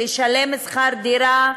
לשלם שכר דירה,